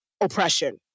oppression